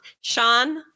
Sean